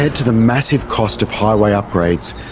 to the massive cost of highway upgrades,